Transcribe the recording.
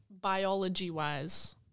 Biology-wise